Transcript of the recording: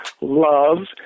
loves